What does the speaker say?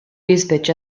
jispiċċa